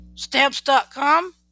Stamps.com